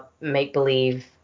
make-believe